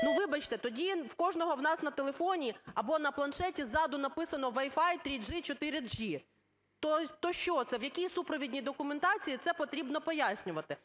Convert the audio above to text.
Ну, вибачте, тоді в кожного з нас на телефоні або на планшеті ззаду написаноwi-fi, 3G, 4G - то що це? В якій супровідній документації це потрібно пояснювати?